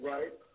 Right